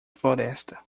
floresta